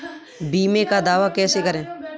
बीमे का दावा कैसे करें?